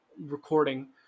recording